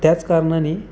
त्याच कारणाने